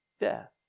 death